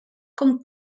com